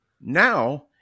Now